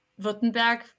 Württemberg